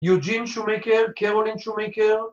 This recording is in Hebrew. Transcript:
‫יוג'ין שומקר, קרולין שומקר.